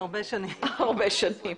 הרבה שנים.